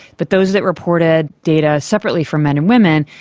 but those that reported data separately for men and women,